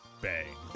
bang